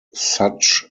such